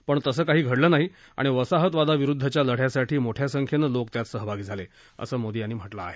मात्र तसं काही घडलं नाही आणि वसाहतवादाविरुद्धच्या लढ्यासाठी मोठ्या संख्येनं लोक त्यात सहभागी झाले असं मोदी यांनी म्हटलं आहे